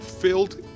filled